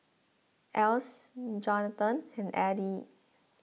Alyce Jonatan and Eddy